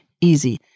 easy